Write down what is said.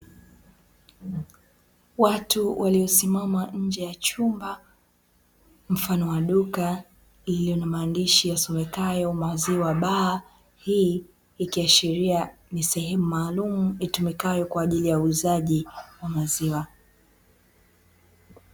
Watu waliosimama nje ya chumba mfano wa duka lililo na maandishi yasomekayo “Maziwa baa”.Hii ikiashiria ni sehemu maalum itumikayo kwaajili ya uuzaji wa maziwa.